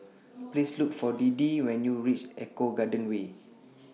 Please Look For Deedee when YOU REACH Eco Garden Way